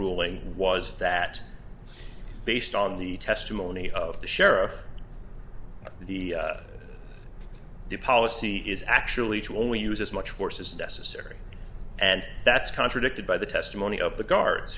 ruling was that based on the testimony of the sheriff the the policy is actually to only use as much force as necessary and that's contradicted by the testimony of the guards